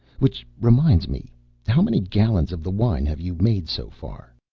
which reminds me how many gallons of the wine have you made so far?